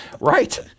Right